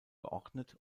geordnet